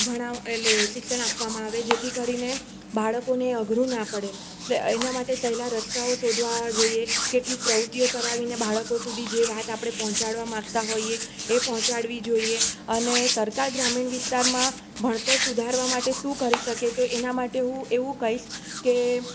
એટલે શિક્ષણ આપવામાં આવે જેથી કરીને બાળકોને અઘરું ના પડે એના માટે સહેલા રસ્તાઓ શોધવા જોઈએ કેટલીક પ્રવૃત્તિઓ કરાવીને બાળકો સુધી જે વાત આપણે પહોંચાડવા માગતા હોઈએ એ પહોંચાડવી જોઈએ અને સરકાર ગ્રામીણ વિસ્તારમાં ભણતર સુધારવા માટે શું કરી શકે તો એના માટે હું એવું કહીશ કે